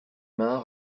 mains